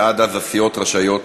ועד אז הסיעות רשאיות